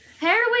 Heroin